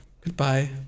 Goodbye